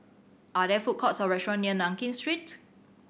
are there food courts or restaurant near Nankin Street